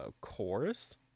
chorus